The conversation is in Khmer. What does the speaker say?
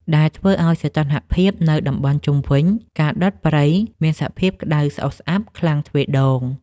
ដែលធ្វើឱ្យសីតុណ្ហភាពនៅតំបន់ជុំវិញការដុតព្រៃមានសភាពក្ដៅស្អុះស្អាប់ខ្លាំងទ្វេដង។